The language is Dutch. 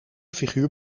figuur